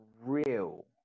real